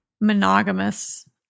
monogamous